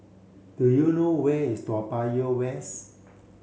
do you know where is Toa Payoh West